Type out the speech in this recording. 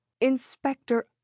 inspector